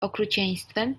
okrucieństwem